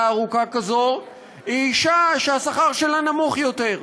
ארוכה כזו היא אישה שהשכר שלה נמוך יותר,